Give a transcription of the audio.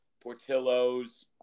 portillo's